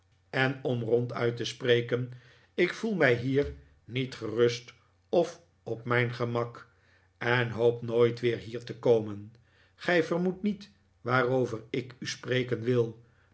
en om ronduit te spreken ik voel mij hier niet gerust of op mijn gemak en hoop nooit weer hier te komen gij vermoedt niet waarover ik u spreken wil